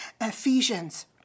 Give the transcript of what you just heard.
Ephesians